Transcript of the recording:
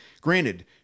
granted